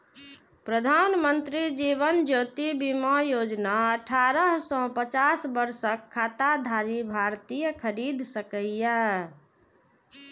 प्रधानमंत्री जीवन ज्योति बीमा योजना अठारह सं पचास वर्षक खाताधारी भारतीय खरीद सकैए